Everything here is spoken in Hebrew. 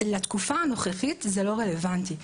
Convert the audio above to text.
לתקופה הנוכחית זה לא רלוונטי,